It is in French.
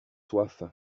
soif